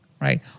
right